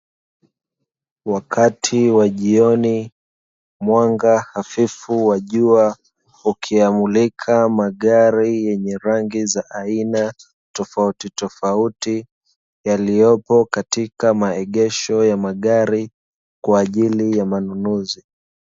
Wakati wa jioni mwanga hafifu wa jua, ukiyamulika magari yenye rangi za ina tofautitofauti, yaliyopo katika maegesho ya magari kwa ajili ya manunuzi.